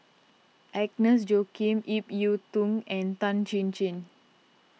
Agnes Joaquim Ip Yiu Tung and Tan Chin Chin